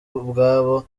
ubwabo